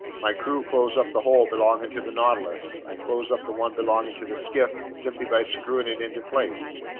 my crew close up the hole belonging to the nautilus i close up the one belonging to the skiff, simply by screwing it into place.